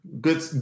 Good